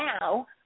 now